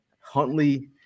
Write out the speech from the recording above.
Huntley